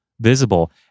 visible